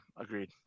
agreed